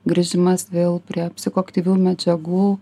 grįžimas vėl prie psichoaktyvių medžiagų